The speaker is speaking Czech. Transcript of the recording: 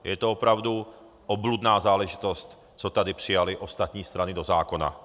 Je to opravdu obludná záležitost, co tady přijaly ostatní strany do zákona.